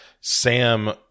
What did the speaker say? sam